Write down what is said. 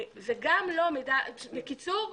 בקיצור,